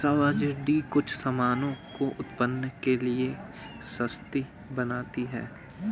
subsidy कुछ सामानों को उत्पादन के लिए सस्ती बनाती है